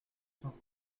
cent